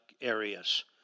areas